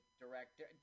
director